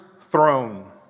throne